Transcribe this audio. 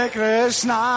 Krishna